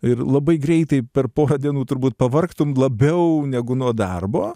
ir labai greitai per porą dienų turbūt pavargtum labiau negu nuo darbo